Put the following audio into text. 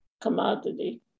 commodity